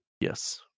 Yes